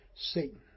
Satan